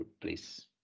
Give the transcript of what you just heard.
please